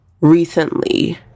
recently